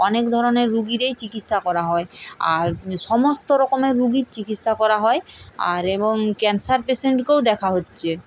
অনেক ধরনের রোগীরই চিকিৎসা করা হয় আর সমস্ত রকমের রোগীর চিকিৎসা করা হয় আর এবং ক্যানসার পেশেন্টকেও দেখা হচ্ছে